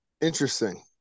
Interesting